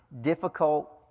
difficult